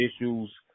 issues